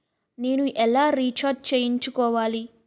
నేను ఎలా రీఛార్జ్ చేయించుకోవాలి?